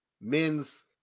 men's